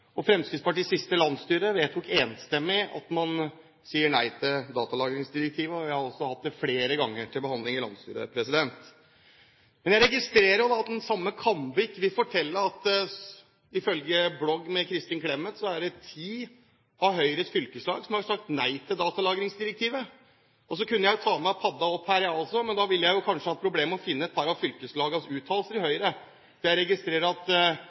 fakta. Fremskrittspartiets siste landsstyre vedtok enstemmig at man sier nei til datalagringsdirektivet. Vi har flere ganger hatt dette til behandling i landsstyret. Jeg registrerer også at Kambe ikke vil fortelle at ifølge blogg av Kristin Clemet har ti av Høyres fylkeslag sagt nei til datalagringsdirektivet. Så kunne jeg tatt med meg iPad-en opp her, jeg også, men da ville jeg kanskje hatt problemer med å finne et par av fylkeslagenes uttalelser i Høyre, for jeg registrer at når Høyre har bestemt seg for hva de skulle, ble det